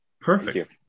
Perfect